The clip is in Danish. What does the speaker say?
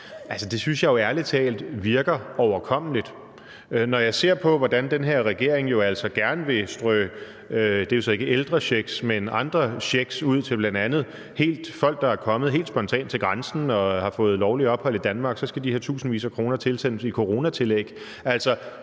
her regering jo altså gerne vil strø, ikke ældrechecks, men andre checks ud til bl.a. folk, der er kommet helt spontant til grænsen og har fået lovligt ophold i Danmark. Så skal de have tusindvis af kroner tilsendt i coronatillæg.